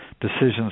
decisions